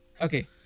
Okay